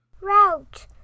Route